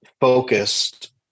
focused